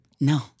No